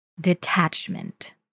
detachment